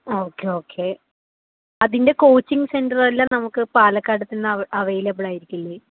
okay okay അതിന്റെ coaching centre എല്ലാം നമുക്ക് പാലക്കാട് അവൈലബിൾ ആയിരിക്കില്ലേ